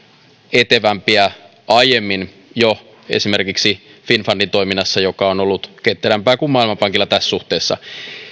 etevämpiä jo aiemmin esimerkiksi finnfundin toiminnassa joka on ollut ketterämpää kuin maailmanpankilla tässä suhteessa